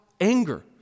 anger